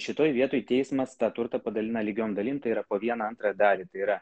šitoj vietoj teismas tą turtą padalina lygiom dalim tai yra po vieną antrąją dalį tai yra